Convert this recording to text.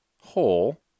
Hole